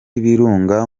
ibirunga